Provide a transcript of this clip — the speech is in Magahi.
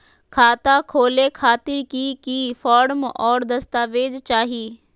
खाता खोले खातिर की की फॉर्म और दस्तावेज चाही?